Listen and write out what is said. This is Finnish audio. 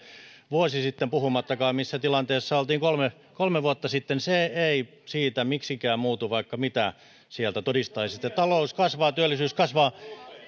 vuosi sitten puhumattakaan siitä missä tilanteessa oltiin kolme kolme vuotta sitten se ei siitä miksikään muutu vaikka mitä sieltä todistaisitte talous kasvaa työllisyys kasvaa